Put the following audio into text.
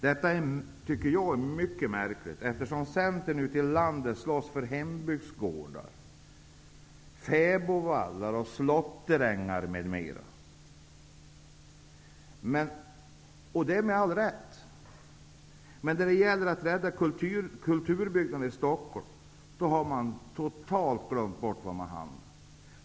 Detta tycker jag är mycket märkligt eftersom Centern ute i landet slåss för hembygdsgårdar, fäbodvallar och slåtterängar m.m., med all rätt. Men när det gäller att rädda kulturbyggnader i Stockholm har man totalt glömt bort var man hamnar.